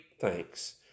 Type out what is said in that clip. thanks